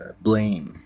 blame